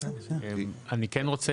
המצב